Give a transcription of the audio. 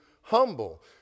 humble